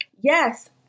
yes